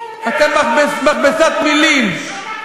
תתביישי.